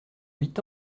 huit